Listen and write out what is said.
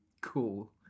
cool